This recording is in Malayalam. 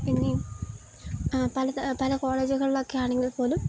ഇന്നീ പല ത പല കോളേജുകളിലൊക്കെയാണെങ്കിൽപ്പോലും